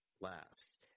laughs